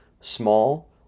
small